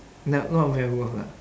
not not very worth lah